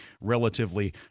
relatively